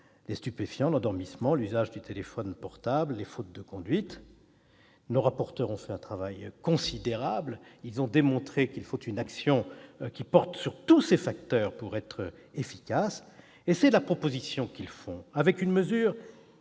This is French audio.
les stupéfiants, l'endormissement, l'usage du téléphone portable, les fautes de conduite ... Nos rapporteurs ont réalisé un travail considérable. Ils ont démontré qu'il faut agir sur tous ces facteurs pour être efficace. C'est la proposition qu'ils font avec une mesure